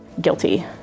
guilty